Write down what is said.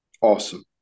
Awesome